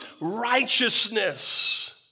righteousness